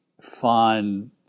find